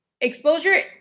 exposure